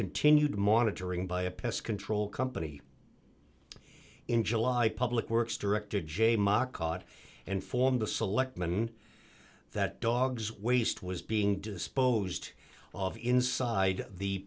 continued monitoring by a pest control company in july public works director j ma caught and formed the selectmen that dogs waste was being disposed of inside the